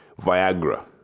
Viagra